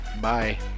bye